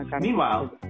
Meanwhile